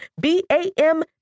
B-A-M